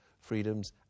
freedoms